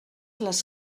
les